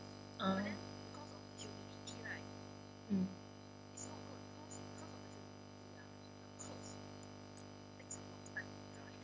ah mm